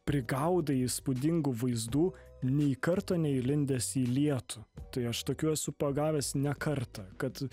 prigaudai įspūdingų vaizdų nei karto neįlindęs į lietų tai aš tokių esu pagavęs ne kartą kad